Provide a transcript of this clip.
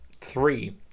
three